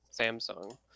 Samsung